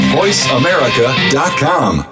voiceamerica.com